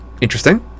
interesting